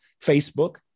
Facebook